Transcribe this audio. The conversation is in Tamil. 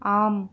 ஆம்